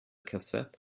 cassette